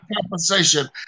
compensation